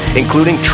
including